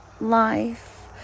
life